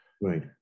Right